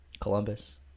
Columbus